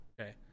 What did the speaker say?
Okay